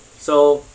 so